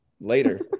later